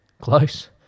Close